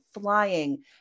flying